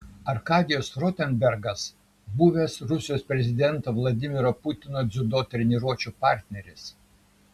arkadijus rotenbergas buvęs rusijos prezidento vladimiro putino dziudo treniruočių partneris